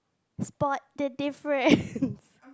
spot the difference